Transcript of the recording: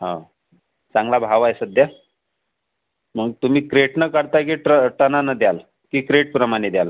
हो चांगला भाव आहे सध्या मग तुम्ही क्रेटनं करताय की टनानं द्याल की क्रेटप्रमाणे द्याल